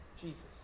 Jesus